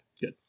Good